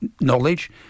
knowledge